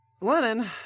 Lenin